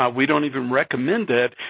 ah we don't even recommend it,